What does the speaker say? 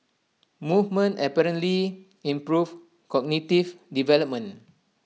movement apparently improves cognitive development